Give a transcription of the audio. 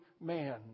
man